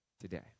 today